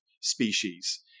species